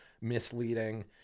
misleading